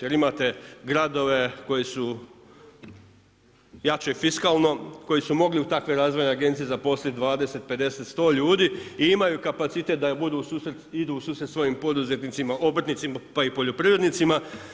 Jer imate gradove koji su jače fiskalno, koji su mogli u takve razvojne agencije zaposliti 20, 50, 100 ljudi i imaju kapacitet da idu u susret svojim poduzetnicima, obrtnicima, pa i poljoprivrednicima.